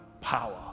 power